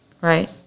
Right